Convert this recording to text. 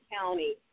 County